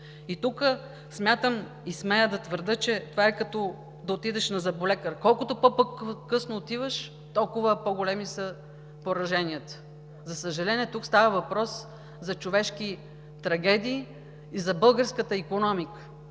И тук смятам и смея да твърдя, че това е като да отидеш на зъболекар – колкото по-късно отиваш, толкова по-големи са пораженията. За съжаление, тук става въпрос за човешки трагедии и за българската икономика.